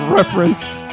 referenced